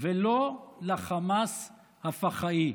ולא לחמאס הפח"עי.